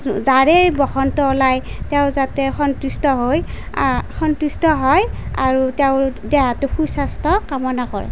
যাৰেই বসন্ত ওলাই তেওঁ যাতে সন্তুষ্ট হৈ সন্তুষ্ট হয় আৰু তেওঁৰ দেহাটো সুস্বাস্থ্য কামনা কৰে